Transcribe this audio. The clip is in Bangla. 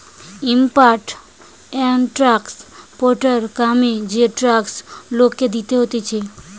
ইম্পোর্ট এক্সপোর্টার কামে যে ট্যাক্স লোককে দিতে হতিছে